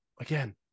again